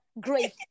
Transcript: great